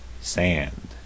Sand